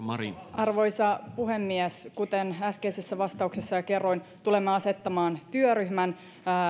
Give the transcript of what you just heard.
arvoisa puhemies kuten äskeisessä vastauksessa jo kerroin tulemme asettamaan työryhmän